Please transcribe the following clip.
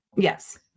Yes